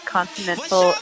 Continental